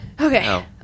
Okay